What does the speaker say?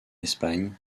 espagne